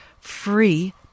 free